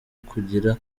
kugira